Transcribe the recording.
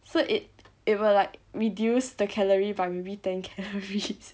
so it it will like reduce the calorie by maybe ten calories